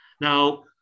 Now